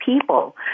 people